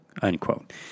unquote